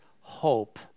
hope